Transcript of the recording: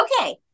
Okay